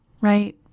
right